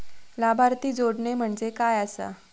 लाभार्थी जोडणे म्हणजे काय आसा?